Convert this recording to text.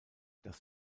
das